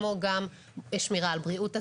כמו גם שמירה על בריאות הציבור,